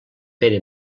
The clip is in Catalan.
pere